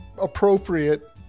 appropriate